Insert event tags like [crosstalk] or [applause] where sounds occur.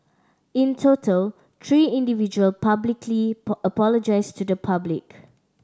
in total three individual publicly [unintelligible] apologised to the public